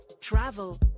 travel